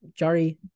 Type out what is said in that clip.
Jari